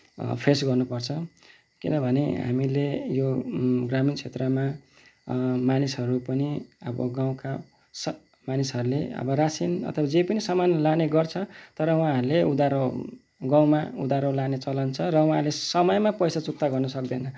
face गर्नुपर्छ किनभने हामीले यो ग्रामीण क्षेत्रमा मानिसहरू पनि अब गाउँका सब मानिसहरूले अब रासन अथवा जे पनि सामान लाने गर्छ तर उहाँहरूले उधारो गाउँमा उधारो लाने चलन छ र उहाँहरूले समयमा पैसा चुक्ता गर्नु सक्दैन